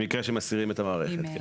במקרה שמסירים את המערכת.